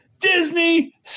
Disney